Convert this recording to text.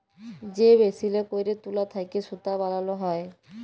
যে মেসিলে ক্যইরে তুলা থ্যাইকে সুতা বালাল হ্যয়